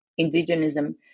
indigenism